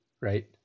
right